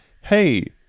hey